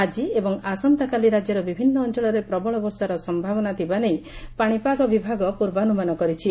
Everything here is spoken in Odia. ଆକି ଏବଂ ଆସନ୍ତାକାଲି ରାକ୍ୟର ବିଭିନ୍ନ ଅଞ୍ଞଳରେ ପ୍ରବଳ ବର୍ଷାର ସମ୍ଭାବନା ଥିବା ନେଇ ପାଶିପାଗ ବିଭାଗ ପୁର୍ବାନ୍ମାନ କରିଛି